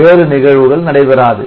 வேறு நிகழ்வுகள் நடைபெறாது